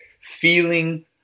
feeling